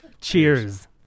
Cheers